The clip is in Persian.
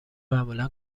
معمولا